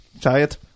Tired